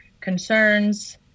concerns